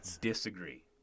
disagree